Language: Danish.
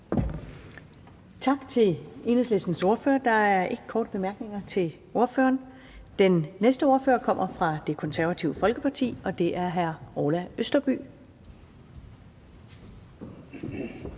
Tak til Enhedslistens ordfører. Der er ikke korte bemærkninger til ordføreren. Den næste ordfører kommer fra Det Konservative Folkeparti, og det er hr. Orla Østerby.